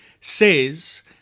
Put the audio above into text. says